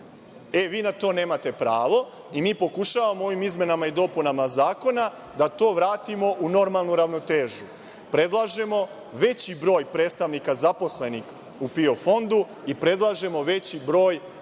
Vi na to nemate pravo i mi pokušavamo ovim izmenama i dopunama Zakona da to vratimo u normalnu ravnotežu. Predlažemo veći broj predstavnika zaposlenih u PIO fondu i predlažemo veći broj